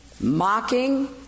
mocking